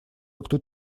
тут